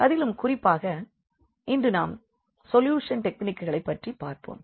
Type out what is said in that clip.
அதிலும் குறிப்பாக இன்று நாம் சொல்யூஷன் டெக்னிக்குகளை பற்றி பார்ப்போம்